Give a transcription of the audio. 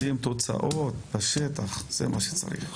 רוצים תוצאות בשטח, זה מה שצריך.